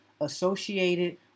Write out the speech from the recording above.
associated